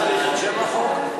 שם החוק?